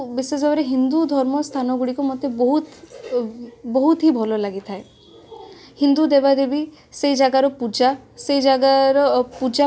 ଏଇ ଅସମ୍ଭବ ଜିନିଷକୁ ସମ୍ଭବ କରିବାର ଶକ୍ତି ଶ୍ରୀରାମଚନ୍ଦ୍ର ଭଗବାନ ଯିଏ ସ୍ୱୟଂ ଭଗବାନ